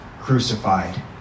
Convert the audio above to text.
crucified